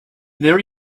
there